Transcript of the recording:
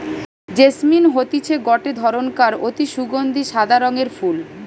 jasmine হতিছে গটে ধরণকার অতি সুগন্ধি সাদা রঙের ফুল